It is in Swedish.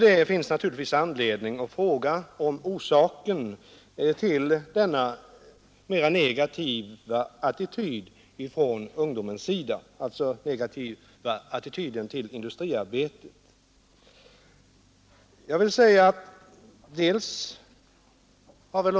Det finns naturligtvis anledning att fråga sig vad som är orsaken till denna negativa attityd till industriarbete från ungdomens sida.